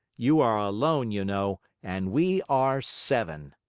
you are alone, you know, and we are seven.